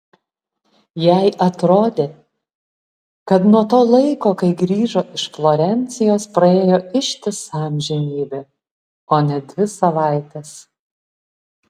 jai atrodė kad nuo to laiko kai grįžo iš florencijos praėjo ištisa amžinybė o ne dvi savaitės